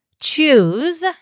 choose